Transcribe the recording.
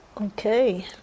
Okay